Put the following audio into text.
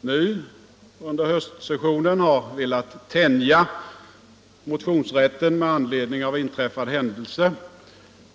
nu under hösten har velat tänja motionsrätten med anledning av inträffad händelse.